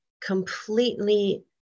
completely